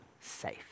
safe